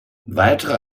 weitere